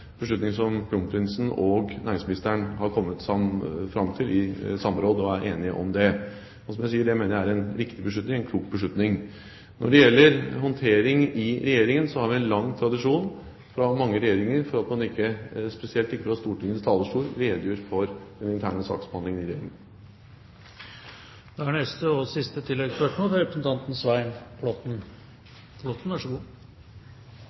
beslutning som kronprisen og næringsministeren har kommet fram til i samråd, og de er enige om det. Som jeg sier, jeg mener det er en riktig beslutning, en klok beslutning. Når det gjelder håndtering i Regjeringen, har vi en lang tradisjon fra mange regjeringer for at man ikke, spesielt ikke fra Stortingets talerstol, redegjør for den interne saksbehandlingen i Regjeringen.